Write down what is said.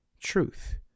truth